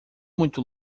muito